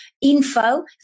info